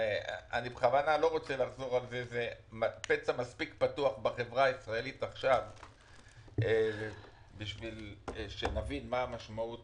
זה פצע מספיק פתוח בחברה הישראלית כדי שנבין את המשמעות